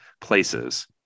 places